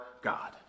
God